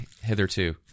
hitherto